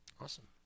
Awesome